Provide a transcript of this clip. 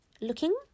looking